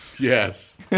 Yes